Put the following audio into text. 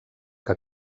que